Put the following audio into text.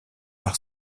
par